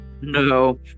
No